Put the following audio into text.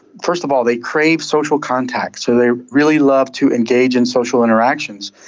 first of all they crave social contact, so they really love to engage in social interactions.